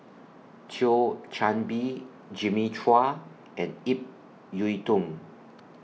Thio Chan Bee Jimmy Chua and Ip Yiu Tung